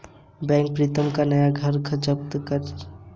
bank Pritam का नया घर जब्त कर लेगा और ऋण का पैसा वसूल लेगा